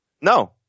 No